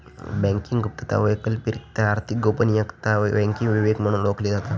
banking गुप्तता, वैकल्पिकरित्या आर्थिक गोपनीयता, बँकिंग विवेक म्हणून ओळखली जाता